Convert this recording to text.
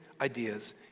ideas